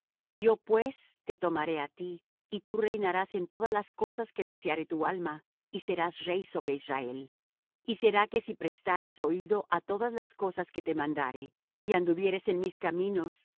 yo pues te tomaré á ti y tú reinarás en todas las cosas que deseare tu alma y serás rey sobre israel y será que si prestares oído á todas las cosas que te mandare y anduvieres en mis caminos